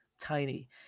tiny